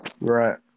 Right